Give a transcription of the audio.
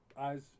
eyes